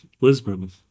Lisbon